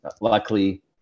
Luckily